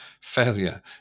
failure